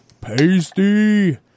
Pasty